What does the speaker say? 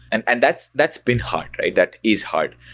and and that's that's been hard. that is hard,